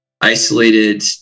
isolated